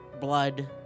Blood